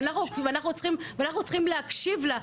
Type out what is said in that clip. ואנחנו צריכים להקשיב לה,